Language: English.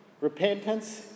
Repentance